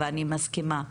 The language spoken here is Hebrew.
ואני מסכימה,